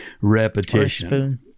repetition